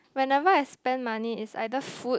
whenever I spend money is either food